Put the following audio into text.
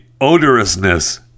odorousness